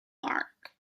lark